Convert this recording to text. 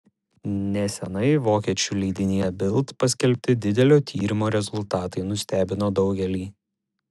neseniai vokiečių leidinyje bild paskelbti didelio tyrimo rezultatai nustebino daugelį